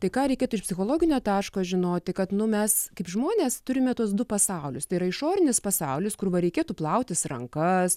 tai ką reikėtų iš psichologinio taško žinoti kad nu mes kaip žmonės turime tuos du pasaulius tai yra išorinis pasaulis kur va reikėtų plautis rankas